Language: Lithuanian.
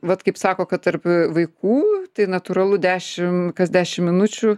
vat kaip sako kad tarp vaikų tai natūralu dešimt kas dešimt minučių